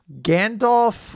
Gandalf